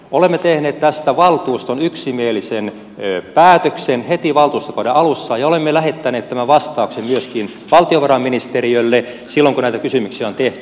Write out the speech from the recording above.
olemme tehneet tästä valtuuston yksimielisen päätöksen heti valtuustokauden alussa ja olemme lähettäneet tämän vastauksen myöskin valtiovarainministeriölle silloin kun näitä kysymyksiä on tehty